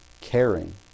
Caring